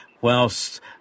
whilst